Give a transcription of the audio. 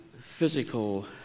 physical